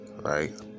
right